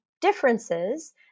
differences